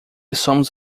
somos